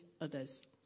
others